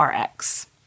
Rx